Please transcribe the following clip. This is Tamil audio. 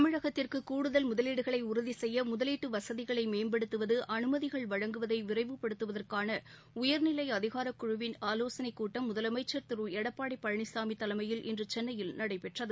தமிழகத்திற்கு கூடுதல் முதலீடுகளை உறுதி செய்ய முதலீட்டு வசதிகளை மேம்படுத்துவது அனுமதிகள் வழங்குவதை விரைவுபடுததுவதுவதற்னன உயர்நிலை அதிகாரக் குழுவின் ஆலோசனைக் கூட்டம் முதலனமச்சர் திரு எடப்பாடி பழனிசாமி தலைமையில் இன்று சென்னையில் நடைபெற்றது